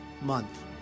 month